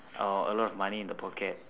or a lot of money in the pocket